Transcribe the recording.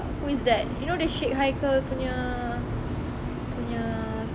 who is that you know the sheikh haikel punya punya